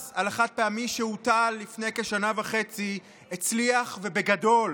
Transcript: המס על החד-פעמי שהוטל לפני כשנה וחצי הצליח ובגדול.